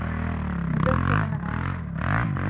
ᱢᱩᱫᱟᱹᱢ ᱠᱚ ᱢᱮᱱᱟᱜᱼᱟ